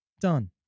done